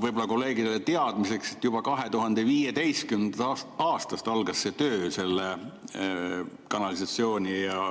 Võib-olla kolleegidele teadmiseks, et juba 2015. aastal algas töö selle kanalisatsiooni ja